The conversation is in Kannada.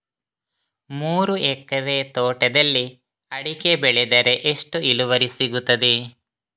ಮೂರು ಎಕರೆ ತೋಟದಲ್ಲಿ ಅಡಿಕೆ ಬೆಳೆದರೆ ಎಷ್ಟು ಇಳುವರಿ ಸಿಗುತ್ತದೆ?